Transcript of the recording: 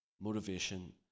motivation